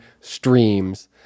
streams